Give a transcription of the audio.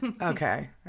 Okay